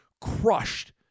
crushed